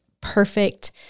perfect